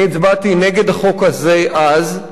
אני הצבעתי נגד החוק הזה אז.